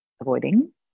avoiding